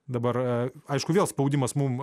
dabar aišku vėl spaudimas mum